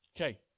Okay